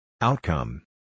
Outcome